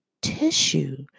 tissue